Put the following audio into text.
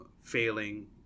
failing